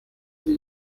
iki